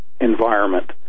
environment